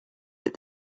that